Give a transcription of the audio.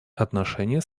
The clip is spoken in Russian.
отношения